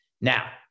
Now